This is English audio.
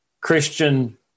Christian